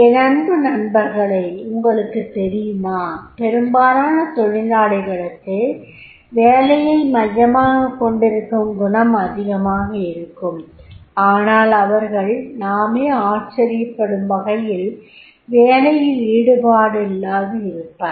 என் அன்பு நண்பர்களே உங்களுக்குத் தெரியுமா பெரும்பாலான தொழிலாளிகளுக்கு வேலையை மையமாகக் கொண்டிருக்கும் குணம் அதிகமாக இருக்கும் ஆனால் அவர்கள் நாமே ஆச்சரியப்படும்வகையில் வேலையில் ஈடுபாடில்லாதிருப்பர்